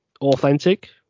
Authentic